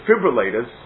defibrillators